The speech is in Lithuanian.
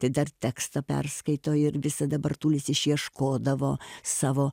tai dar tekstą perskaito ir visada bartulis išieškodavo savo